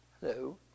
Hello